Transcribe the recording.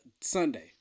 Sunday